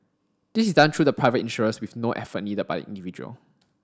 this is done through the private insurers with no effort needed by the individual